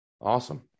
Awesome